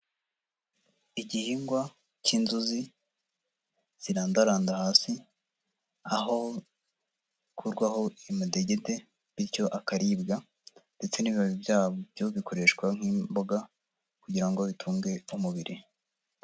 Igihingwa k'inzuzi, zirandaranda hasi aho bikurwaho amadegede, bityo akaribwa, ndetse n'ibibabi byabyo bikoreshwa nk'imboga, kugira ngo bitunge umubiri.